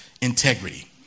integrity